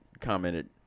commented